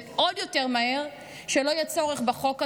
ועוד יותר מהר שלא יהיה צורך בחוק הזה,